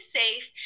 safe